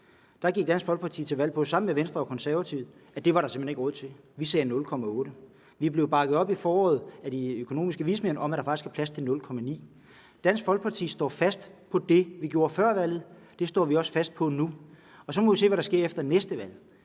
Der gik Dansk Folkeparti sammen med Venstre og Konservative til valg på, at det var der simpelt hen ikke råd til, og vi sagde 0,8 pct. Vi blev bakket op i foråret af de økonomiske vismænd i, at der faktisk var plads til 0,9 pct. Dansk Folkeparti står fast på det, vi gjorde før valget, og det står vi også fast på nu, og så må vi se, hvad der sker efter næste valg.